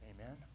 Amen